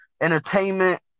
entertainment